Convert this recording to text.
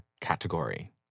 category